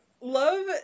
love